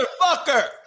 motherfucker